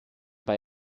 bei